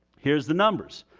here's the numbers.